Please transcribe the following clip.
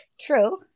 True